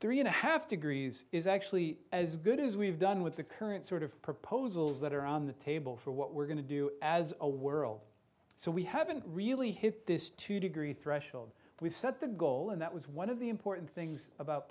three and a half to greese is actually as good as we've done with the current sort of proposals that are on the table for what we're going to do as a world so we haven't really hit this two degree threshold we've set the goal and that was one of the important things about